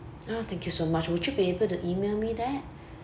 oh thank you so much which you be able to email me that